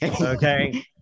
Okay